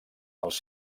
els